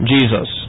Jesus